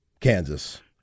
Kansas